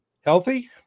healthy